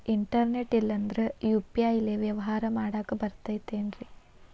Internet ಇಲ್ಲಂದ್ರ UPI ಲೇ ವ್ಯವಹಾರ ಮಾಡಾಕ ಬರತೈತೇನ್ರೇ?